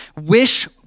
Wish